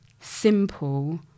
simple